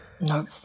No